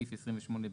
בסעיף 28(ב1ׂ),